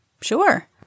Sure